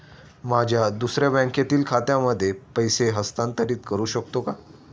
माझ्या दुसऱ्या बँकेतील खात्यामध्ये पैसे हस्तांतरित करू शकतो का?